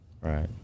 Right